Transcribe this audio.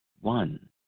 one